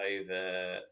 over